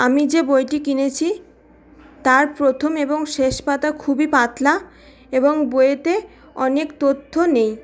আমি যে বইটি কিনেছি তার প্রথম এবং শেষ পাতা খুবই পাতলা এবং বইয়েতে অনেক তথ্য নেই